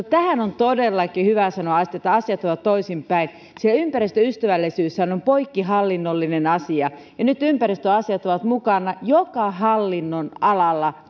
tähän on todellakin hyvä sanoa että asiat ovat toisinpäin sillä ympäristöystävällisyyshän on poikkihallinnollinen asia ja nyt ympäristöasiat ovat mukana joka hallinnonalalla